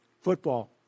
Football